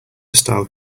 style